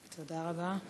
תודה רבה.